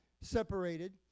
separated